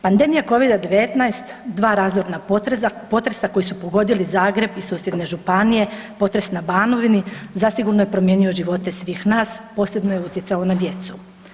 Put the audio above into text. Pandemija covida 19, dva razorna potresa koji su pogodili Zagreb i susjedne županije, potres na Banovini zasigurno je promijenio živote svih nas, posebno je utjecao na djecu.